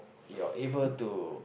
you're able to